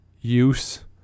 use